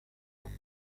roma